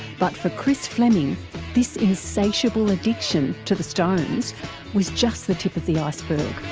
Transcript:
but for chris fleming this insatiable addiction to the stones was just the tip of the iceberg.